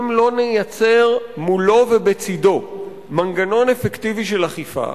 אם לא נייצר מולו ובצדו מנגנון אפקטיבי של אכיפה,